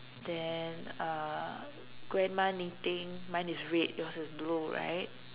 then uh grandma knitting mine is red yours is blue right